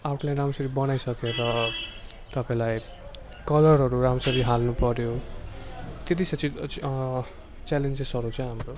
outline राम्ररी बनाइसकेर तपाईँलाई कलरहरू राम्ररी हाल्नुपर्यो त्यति च्यालेन्जेसहरू चाहिँ हाम्रो